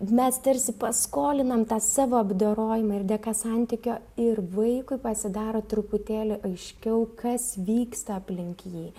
mes tarsi paskolinam tą savo apdorojimą ir dėka santykio ir vaikui pasidaro truputėlį aiškiau kas vyksta aplink jį